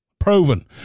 proven